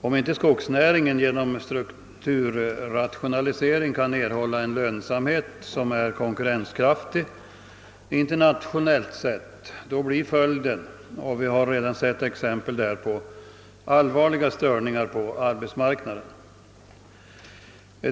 Om inte skogsnäringen genom strukiurrationalisering kan erhålla en lönsamhet som gör den konkurrenskraftig internationellt sett, blir följden, och vi har redan sett exempel därpå, allvarliga störningar på arbetsmarknaden.